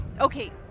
Okay